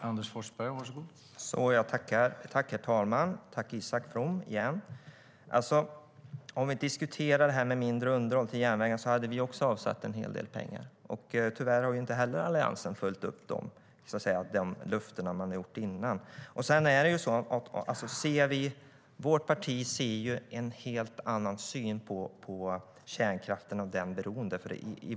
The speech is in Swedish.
Herr talman! Tack igen, Isak From! Vårt parti har en helt annan syn på kärnkraften och beroendet av den.